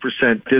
percent